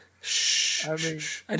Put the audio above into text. Shh